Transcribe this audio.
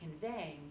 conveying